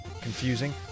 Confusing